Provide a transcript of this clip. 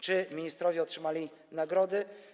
Czy ministrowie otrzymali nagrody?